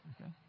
Okay